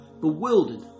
bewildered